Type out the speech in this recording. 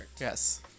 Yes